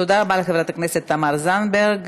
תודה רבה לחברת הכנסת תמר זנדברג.